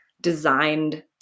designed